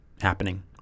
happening